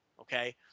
okay